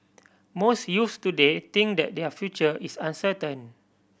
most youths today think that their future is uncertain